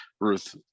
Ruth